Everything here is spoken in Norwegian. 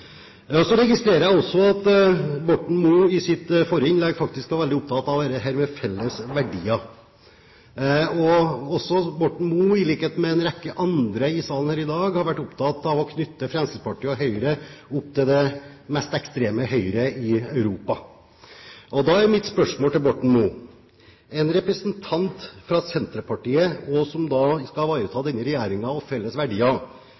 Så registrerte jeg også at Borten Moe i sitt forrige innlegg faktisk var veldig opptatt av dette med felles verdier. Borten Moe, i likhet med en rekke andre i salen i dag, har vært opptatt av å knytte Fremskrittspartiet og Høyre opp til det mest ekstreme høyre i Europa. Da er mitt spørsmål til Borten Moe – en representant fra Senterpartiet, som skal ivareta denne regjeringen og felles verdier – som